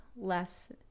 less